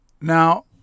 Now